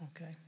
Okay